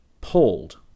Pulled